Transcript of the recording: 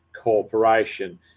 corporation